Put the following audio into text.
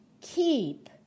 keep